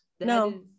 No